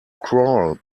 crawl